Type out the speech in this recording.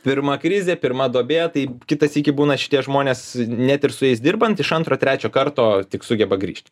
pirma krizė pirma duobė tai kitą sykį būna šitie žmonės net ir su jais dirbant iš antro trečio karto tik sugeba grįžt